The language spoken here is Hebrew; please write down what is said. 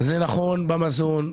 נכון במזון,